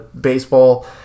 baseball